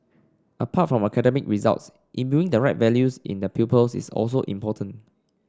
apart from academic results imbuing the right values in the pupils is also important